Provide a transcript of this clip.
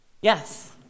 Yes